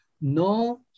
no